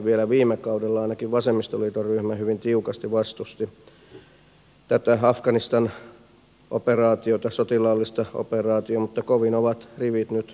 vielä viime kaudella ainakin vasemmistoliiton ryhmä hyvin tiukasti vastusti tätä afganistan operaatiota sotilaallista operaatiota mutta kovin ovat rivit nyt harvenneet